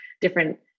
different